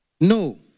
no